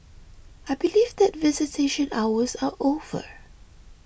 I believe that visitation hours are over